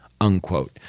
unquote